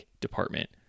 department